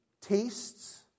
tastes